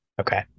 okay